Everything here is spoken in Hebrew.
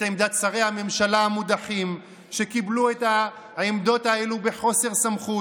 את עמדת שרי הממשלה המודחים שקיבלו את העמדות האלה בחוסר סמכות.